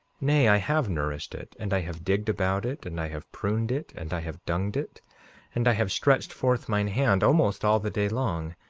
nay, i have nourished it, and i have digged about it, and i have pruned it, and i have dunged it and i have stretched forth mine hand almost all the day long,